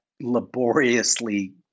laboriously